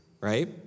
right